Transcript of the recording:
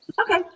Okay